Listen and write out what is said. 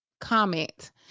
comment